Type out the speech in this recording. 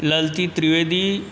लाल्तित्रिवेदी